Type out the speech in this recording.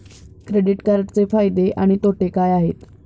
Credit कार्डचे फायदे आणि तोटे काय आहेत?